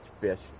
fish